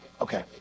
Okay